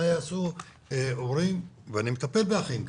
מה יעשו אחים, ואני מטפל באחים כאלה,